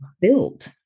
built